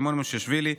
סימון מושיאשוילי,